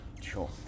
Sure